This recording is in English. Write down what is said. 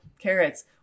carrots